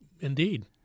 indeed